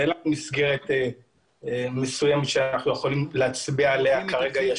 אין מסגרת מסוימת שאנחנו יכולים להצביע עליה כרגע.